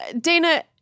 Dana